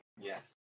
Yes